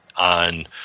on